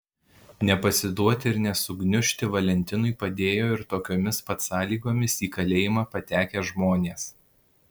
nepasiduoti ir nesugniužti valentinui padėjo ir tokiomis pat sąlygomis į kalėjimą patekę žmonės